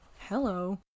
hello